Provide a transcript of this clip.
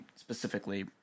specifically